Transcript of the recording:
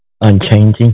unchanging